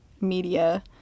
media